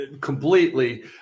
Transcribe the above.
completely